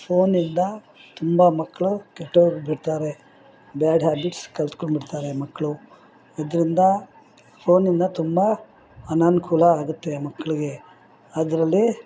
ಫೋನಿಂದ ತುಂಬ ಮಕ್ಕಳು ಕೆಟ್ಟೋಗಿ ಬಿಡ್ತಾರೆ ಬ್ಯಾಡ್ ಹ್ಯಾಬಿಟ್ಸ್ ಕಲ್ತ್ಕೊಂಡು ಬಿಡ್ತಾರೆ ಮಕ್ಕಳು ಇದ್ರಿಂದ ಫೋನಿಂದ ತುಂಬ ಅನಾನುಕೂಲ ಆಗುತ್ತೆ ಮಕ್ಕಳಿಗೆ ಅದರಲ್ಲಿ